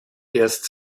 erst